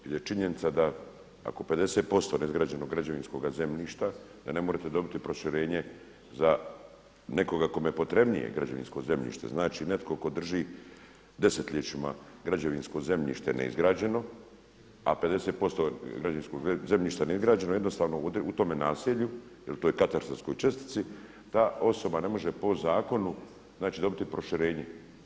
Jer je činjenica da ako 50 posto neizgrađenog građevinskoga zemljišta, da ne možete dobiti proširenje za nekoga kome je potrebnije građevinsko zemljište, znači, netko tko drži desetljećima građevinsko zemljište neizgrađeno, a 50 posto građevinskog zemljišta je neizgrađeno, jednostavno u tome naselju, na toj katastarskoj čestici, ta osoba ne može po zakonu znači dobiti proširenje.